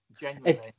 genuinely